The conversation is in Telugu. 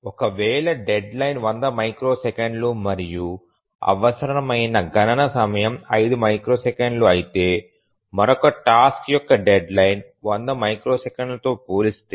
ఒక వేళ డెడ్లైన్ 100 మైక్రోసెకన్లు మరియు అవసరమైన గణన సమయం 5 మైక్రోసెకన్లు అయితే మరొక టాస్క్ యొక్క డెడ్లైన్ 100 మైక్రో సెకన్లు తో పోలిస్తే